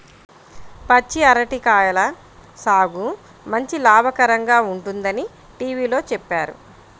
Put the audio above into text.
పచ్చి అరటి కాయల సాగు మంచి లాభకరంగా ఉంటుందని టీవీలో చెప్పారు